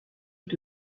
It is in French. est